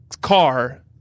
car